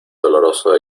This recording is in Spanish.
doloroso